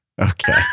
Okay